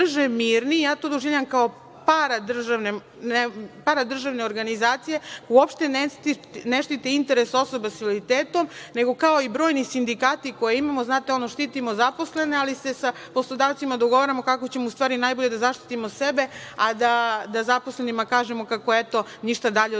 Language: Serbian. Ja to doživljavam kao paradržavne organizacije, uopšte ne štite interes osoba sa invaliditetom, nego kao i brojni sindikati koje imamo. Znate ono, štitimo zaposlene, ali se sa poslodavcima dogovaramo kako ćemo u stvari najbolje da zaštitimo sebe, a da zaposlenima kažemo, kako eto, ništa od toga nismo